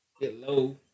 Hello